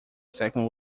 second